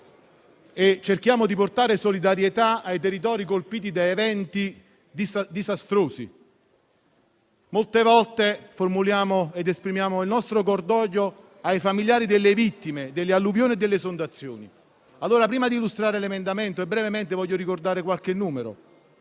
e cerchiamo di portare solidarietà ai territori colpiti da eventi disastrosi. Molte volte formuliamo ed esprimiamo il nostro cordoglio ai familiari delle vittime delle alluvioni e delle esondazioni. Prima di illustrare l'emendamento, voglio allora brevemente ricordare qualche numero.